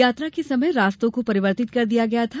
यात्रा के समय रास्तों को परिवर्तित कर दिया गया था